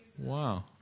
Wow